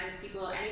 people